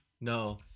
No